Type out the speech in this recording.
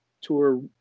tour